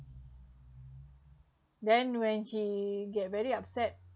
then when he get very upset